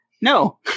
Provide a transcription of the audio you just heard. No